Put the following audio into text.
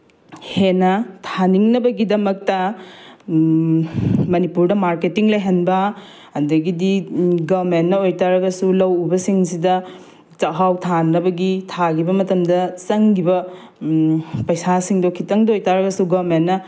ꯍꯦꯟꯅ ꯊꯥꯅꯤꯡꯅꯕꯒꯤꯗꯃꯛꯇ ꯃꯅꯤꯄꯨꯔꯗ ꯃꯥꯔꯀꯦꯇꯤꯡ ꯂꯩꯍꯟꯕ ꯑꯗꯒꯤꯗꯤ ꯒꯣꯔꯃꯦꯟꯅ ꯑꯣꯏꯇꯔꯒꯁꯨ ꯂꯧ ꯎꯕꯁꯤꯡꯁꯤꯗ ꯆꯥꯛꯍꯥꯎ ꯊꯥꯅꯕꯒꯤ ꯊꯥꯈꯤꯕ ꯃꯇꯝꯗ ꯆꯪꯈꯤꯕ ꯄꯩꯁꯥꯁꯤꯡꯗꯣ ꯈꯤꯇꯪꯗ ꯑꯣꯏꯇꯥꯔꯒꯁꯨ ꯒꯣꯔꯃꯦꯟꯅ